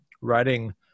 writing